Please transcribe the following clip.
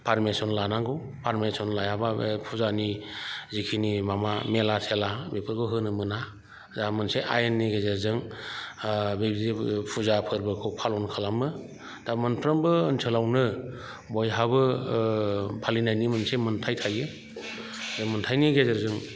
permission लानांगौ permission लायाबा फुजानि जिखिनि माबा मेला सेला बेफोरखौ होनो मोना जोंहा मोनसे आइननि गेजेरजों बे फुजा फोरबोखौ फालन खालामो दा मोनफ्रोमबो ओनसोलावनो बयहाबो फालिनायनि मोनसे मोनथाय थायो बे मोनथायनि गेजेरजों